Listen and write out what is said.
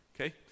okay